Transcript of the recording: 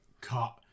cut